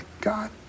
God